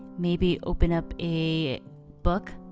maybe open up a book,